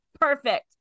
Perfect